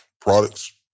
products